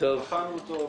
בחנו אותו,